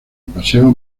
paseo